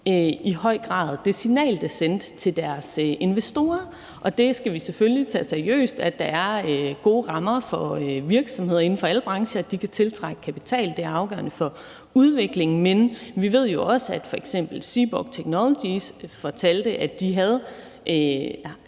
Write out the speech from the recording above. i høj grad det signal, det sendte til deres investorer. Vi skal selvfølgelig tage seriøst, at der er gode rammer for virksomheder inden for alle brancher for, at de kan tiltrække kapital; det er afgørende for udviklingen. Men vi ved jo også, at f.eks. Seaborg Technologies fortalte, at de